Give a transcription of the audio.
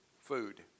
food